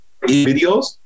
videos